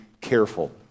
careful